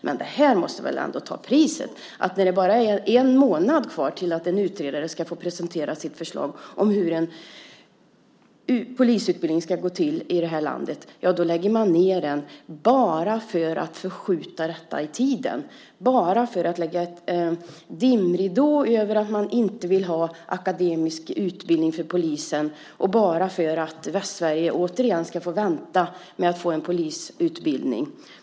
Men det måste väl ändå ta priset att man bara en månad innan utredaren ska få presentera sitt förslag om hur polisutbildningen ska gå till i det här landet lägger ned utredningen bara för att förskjuta detta i tiden, bara för att lägga en dimridå över att man inte vill ha en akademisk utbildning för poliser och bara för att Västsverige återigen ska få vänta med att få en polisutbildning.